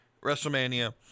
WrestleMania